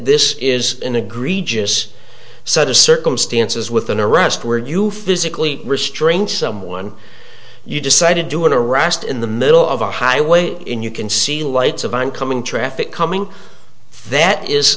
this is an egregious set of circumstances with an arrest where you physically restrain someone you decided to interact in the middle of a highway in you can see lights of an incoming traffic coming that is